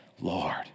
Lord